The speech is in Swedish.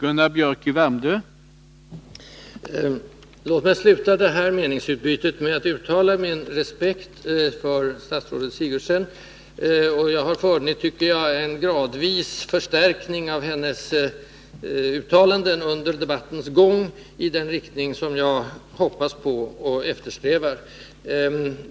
Herr talman! Låt mig sluta detta meningsutbyte med att uttala min respekt för statsrådet Sigurdsen. Jag tycker att jag kan finna en successiv förstärkning av hennes uttalanden under debattens gång — i den riktning som jag hoppas på och eftersträvar.